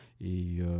et